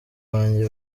banjye